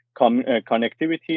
connectivity